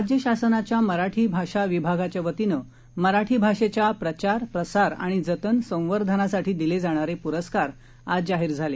राज्य शासनाच्या मराठी भाषा विभागाच्या वतीनं मराठी भाषेच्या प्रचार प्रसार आणि जतन संवर्धनासाठी दिले जाणारे पुरस्कार आज जाहीर झाले